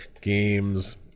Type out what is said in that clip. Games